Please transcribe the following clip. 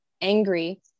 angry